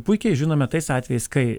puikiai žinome tais atvejais kai